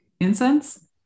Incense